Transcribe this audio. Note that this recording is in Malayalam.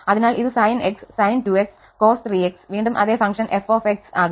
അതിനാൽ ഇത് sin x sin 2x cos 3x വീണ്ടും അതേ ഫംഗ്ഷൻ f ആകും